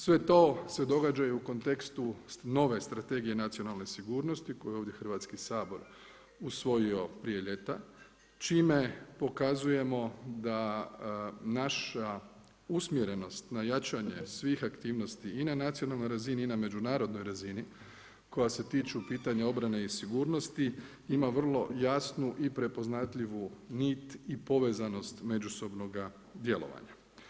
Sve to se događa u kontekstu nove strategije nacionalne sigurnosti koje ovdje Hrvatski sabor, usvojio prije ljeta, čime pokazujemo da naša usmjerenost na jačanje svih aktivnosti i na nacionalnoj razini i na međunarodnoj razini, koja se tiču pitanja obrane i sigurnosti ima vrlo jasnu i prepoznatljivu nit i povezanost međusobnoga djelovanja.